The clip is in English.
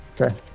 Okay